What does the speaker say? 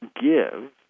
give